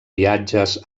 viatges